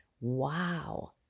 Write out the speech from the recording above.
Wow